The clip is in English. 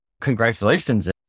Congratulations